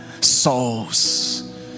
souls